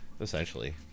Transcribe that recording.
essentially